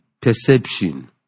perception